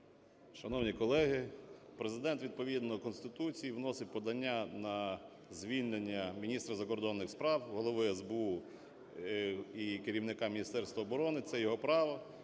Шановні колеги, Президент відповідно Конституції вносить подання на звільнення міністра закордонних справ, Голови СБУ і керівника Міністерства оборони. Це його право.